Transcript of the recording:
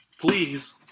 please